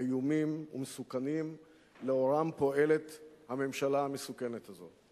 איומים ומסוכנים שלאורם פועלת הממשלה המסוכנת הזאת,